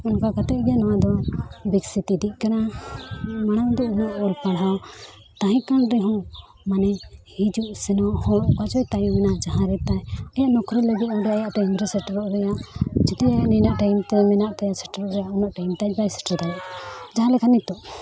ᱚᱱᱠᱟ ᱠᱟᱛᱮᱫᱜᱮ ᱱᱚᱣᱟᱫᱚ ᱵᱤᱠᱥᱤᱛ ᱤᱫᱤᱜ ᱠᱟᱱᱟ ᱢᱟᱲᱟᱝᱫᱚ ᱩᱱᱟᱹᱜ ᱚᱞᱼᱯᱟᱲᱦᱟᱣ ᱛᱟᱦᱮᱸᱠᱟᱱ ᱨᱮᱦᱚᱸ ᱢᱟᱱᱮ ᱦᱤᱡᱩᱜᱼᱥᱮᱱᱚᱜ ᱦᱚᱲ ᱚᱠᱭᱪᱚ ᱛᱟᱭᱚᱢᱮᱱᱟ ᱡᱟᱦᱟᱸᱨᱮ ᱛᱟᱦᱮᱱᱚᱜ ᱱᱚᱠᱨᱤ ᱞᱟᱹᱜᱤᱫ ᱚᱸᱰᱮ ᱴᱟᱭᱤᱢᱨᱮ ᱥᱮᱴᱮᱨᱚᱜ ᱨᱮᱭᱟᱜ ᱡᱟᱛᱮ ᱱᱤᱱᱟᱹᱜ ᱴᱟᱭᱤᱢᱛᱮ ᱢᱮᱱᱟᱜ ᱛᱟᱭᱟ ᱥᱮᱴᱮᱨᱚᱜ ᱨᱮᱭᱟᱜ ᱩᱱᱟᱹᱜ ᱴᱟᱭᱤᱢᱛᱮ ᱵᱟᱭ ᱥᱮᱴᱮᱨ ᱫᱟᱲᱮᱭᱟᱜᱼᱟ ᱡᱟᱦᱟᱸᱞᱮᱠᱟ ᱱᱤᱛᱚᱜ